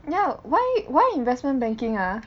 ya why why investment banking ah